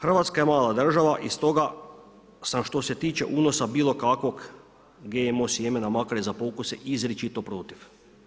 Hrvatska je mala država i stoga sam što se tiče unosa bilo kakvog GMO sjemena makar i za pokuse izričito protiv.